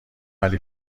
علی